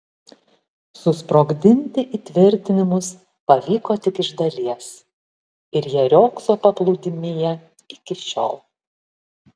susprogdinti įtvirtinimus pavyko tik iš dalies ir jie riogso paplūdimyje iki šiol